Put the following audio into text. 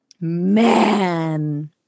Man